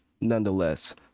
nonetheless